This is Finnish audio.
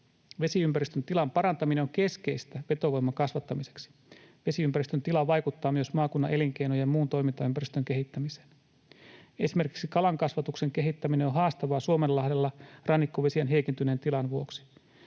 Vesiympäristön tilan parantaminen on keskeistä vetovoiman kasvattamiseksi. Vesiympäristön tila vaikuttaa myös maakunnan elinkeinojen ja muun toimintaympäristön kehittämiseen. Esimerkiksi kalankasvatuksen kehittäminen on haastavaa Suomenlahdella rannikkovesien heikentyneen tilan vuoksi.